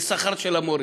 מהשכר של המורים,